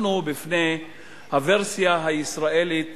אנחנו בפני הוורסיה הישראלית